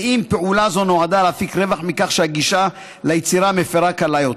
ואם פעולה זו נועדה להפיק רווח מכך שהגישה ליצירה בהפרה קלה יותר.